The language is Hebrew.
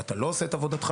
ואתה לא עושה את עבודתך.